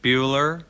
Bueller